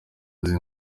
izi